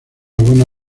buena